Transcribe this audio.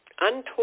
untold